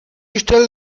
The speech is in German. gestell